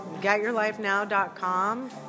getyourlifenow.com